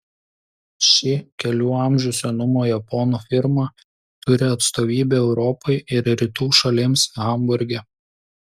ši kelių amžių senumo japonų firma turi atstovybę europai ir rytų šalims hamburge